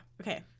Okay